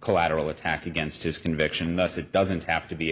collateral attack against his conviction thus it doesn't have to be